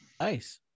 Nice